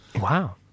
Wow